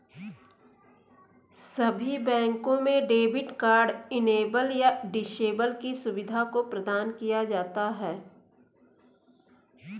सभी बैंकों में डेबिट कार्ड इनेबल या डिसेबल की सुविधा को प्रदान किया जाता है